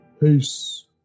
Peace